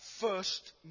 first